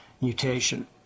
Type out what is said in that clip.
mutation